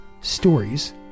stories